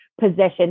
position